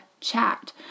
chat